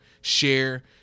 share